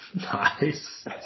Nice